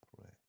pray